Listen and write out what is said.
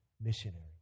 missionary